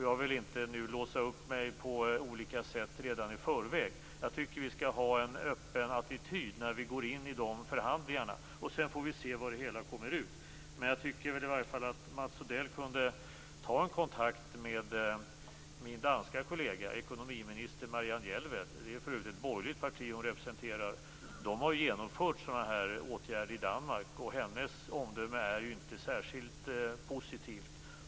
Jag vill inte nu låsa upp mig på olika sätt redan i förväg. Jag tycker att vi skall ha en öppen attityd när vi går in i de förhandlingarna. Sedan får vi se vad som kommer ut av det hela. Jag tycker i varje fall att Mats Odell kunde ta kontakt med min danska kollega, ekonomiminister Marianne Jelved. Det är för övrigt ett borgerligt parti hon representerar. Man har genomfört sådana åtgärder i Danmark. Hennes omdöme är inte särskilt positivt.